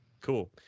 cool